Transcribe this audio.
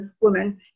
women